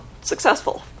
successful